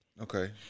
okay